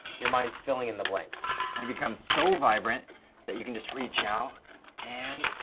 your mind's filling in the blanks and it becomes so vibrant that you can just reach out and